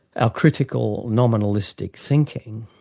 ah critical nominalistic thinking,